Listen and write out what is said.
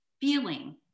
feeling